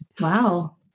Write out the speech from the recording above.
Wow